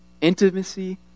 Intimacy